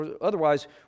Otherwise